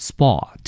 Spot